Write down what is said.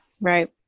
right